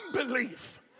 unbelief